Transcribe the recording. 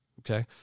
okay